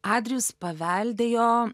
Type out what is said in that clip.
adrijus paveldėjo